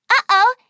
Uh-oh